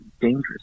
dangerous